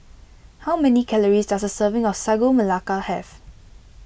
how many calories does a serving of Sagu Melaka have